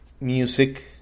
music